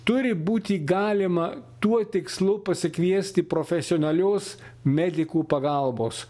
turi būti galima tuo tikslu pasikviesti profesionalios medikų pagalbos